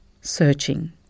searching